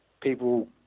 people